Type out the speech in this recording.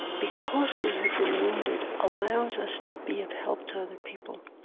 because we have been wounded allows us to be of help to other people.